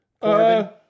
Corbin